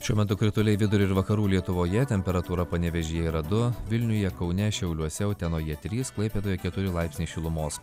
šiuo metu krituliai vidurio ir vakarų lietuvoje temperatūra panevėžyje yra du vilniuje kaune šiauliuose utenoje trys klaipėdoje keturi laipsniai šilumos